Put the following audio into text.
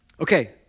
Okay